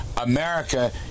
America